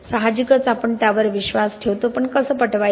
साहजिकच आपण त्यावर विश्वास ठेवतो पण कसे पटवायचे